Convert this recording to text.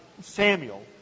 Samuel